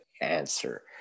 answer